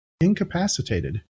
incapacitated